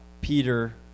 Peter